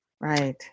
right